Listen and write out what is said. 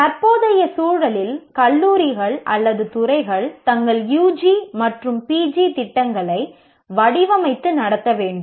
தற்போதைய சூழலில் கல்லூரிகள் அல்லது துறைகள் தங்கள் யுஜி மற்றும் பிஜி திட்டங்களை வடிவமைத்து நடத்த வேண்டும்